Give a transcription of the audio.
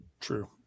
True